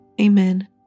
Amen